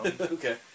Okay